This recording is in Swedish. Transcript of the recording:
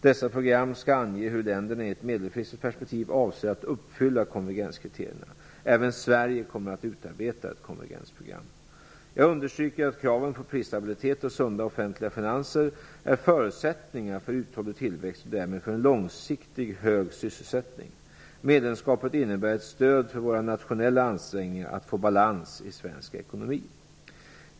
Dessa program skall ange hur länderna i ett medelfristigt perspektiv avser att uppfylla konvergenskriterierna. Även Sverige kommer att utarbeta ett konvergensprogram. Jag understryker att kraven på prisstabilitet och sunda offentliga finanser är förutsättningar för uthållig tillväxt och därmed för en långsiktigt hög sysselsättning. Medlemskapet innebär ett stöd för våra nationella ansträngningar att få balans i svensk ekonomi.